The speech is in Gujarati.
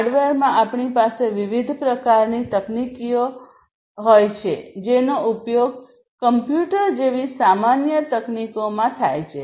હાર્ડવેરમાં આપણી પાસે વિવિધ પ્રકારની તકનીકીઓ હોય છે જેનો ઉપયોગ કમ્પ્યુટર જેવી સામાન્ય તકનીકોમાં થાય છે